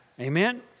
Amen